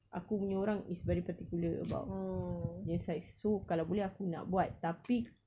aku punya orang is very particular about dia punya size kalau boleh aku nak buat tapi